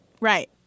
Right